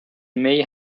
may